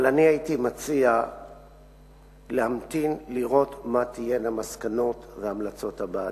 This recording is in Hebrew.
אבל הייתי מציע להמתין לראות מה תהיינה מסקנות והמלצות הוועדה.